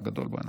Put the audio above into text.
גדול, בוא'נה.